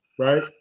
Right